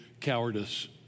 cowardice